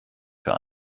für